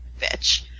bitch